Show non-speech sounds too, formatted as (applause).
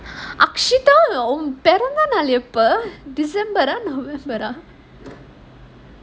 (breath) akshita அவ பிறந்த நாள் எப்போ:ava piranthanaal eppo december ah november ah